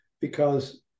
because-